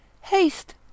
Haste